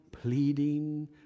Pleading